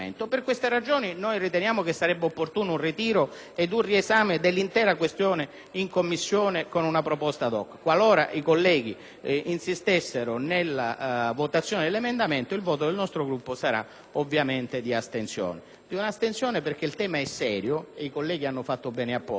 presentazione di una proposta *ad hoc*. Qualora i colleghi insistessero nella votazione dell'emendamento, il voto del nostro Gruppo sarà ovviamente di astensione, proprio in considerazione del fatto che il tema è serio e i colleghi hanno fatto bene a porlo. Credo che non sia il caso di alzare il livello del confronto oltre